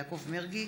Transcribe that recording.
יעקב מרגי